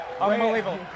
Unbelievable